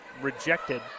rejected